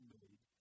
made